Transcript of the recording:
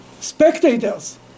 Spectators